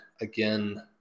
again